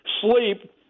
sleep